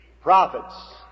Prophets